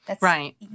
Right